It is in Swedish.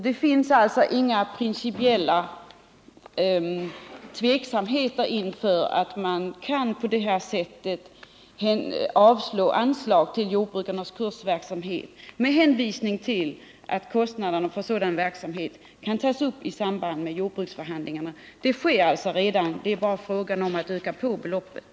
Det råder alltså ingen principiell tveksamhet inför att i det här sammanhanget yrka avslag på anslagsäskandena för jordbrukarnas kursverksamhet med tanke på att kostnaderna för sådan verksamhet kan tas upp i samband med jordbruksförhandlingarna. Det finns således redan nu en summa för kursverksamheten, och det är nu bara fråga om att öka beloppen.